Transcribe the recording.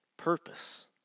Purpose